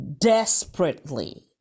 desperately